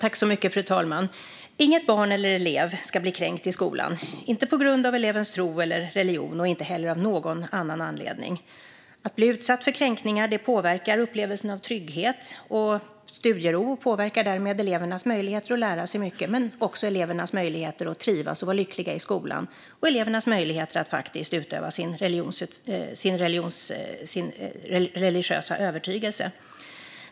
Fru talman! Inget barn och ingen elev ska bli kränkt i skolan på grund av elevens tro eller religion och inte heller av någon annan anledning. Att bli utsatt för kränkningar påverkar upplevelsen av trygghet och studiero och påverkar därmed såväl elevernas möjligheter att lära sig mycket som deras möjligheter att trivas och vara lyckliga i skolan samt deras möjligheter att utöva sin religiösa övertygelse.